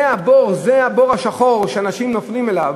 זה הבור השחור שאנשים נופלים אליו.